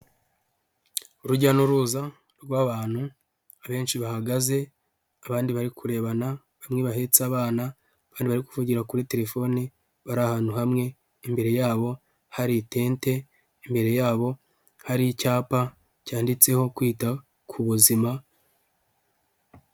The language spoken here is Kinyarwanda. Urujya n'uruza rw'abantu abenshi bahagaze abandi bari kurebana hamwe bahetse abana kandi bari kuvugira kuri telefone bari ahantu hamwe imbere yabo hari itente imbere yabo hari icyapa cyanditseho kwita ku buzima.